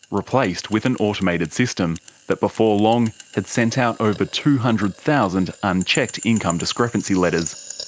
replaced with an automated system that before long had sent out over two hundred thousand unchecked income discrepancy letters.